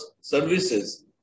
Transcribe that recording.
services